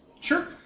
sure